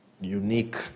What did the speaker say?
unique